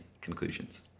conclusions